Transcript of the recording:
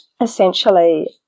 essentially